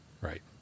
Right